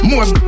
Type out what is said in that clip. More